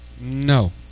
No